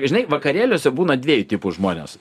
žinai vakarėliuose būna dviejų tipų žmonės